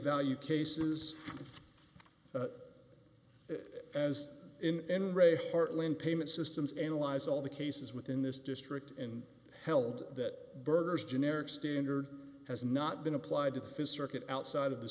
value cases as in re heartland payment systems analyze all the cases within this district and held that berger's generic standard has not been applied with his circle outside of the